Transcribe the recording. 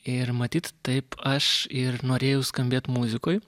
ir matyt taip aš ir norėjau skambėt muzikoj